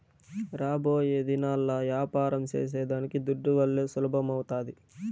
రాబోయేదినాల్ల యాపారం సేసేదానికి దుడ్డువల్లే సులభమౌతాది